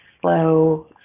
slow